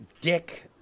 Dick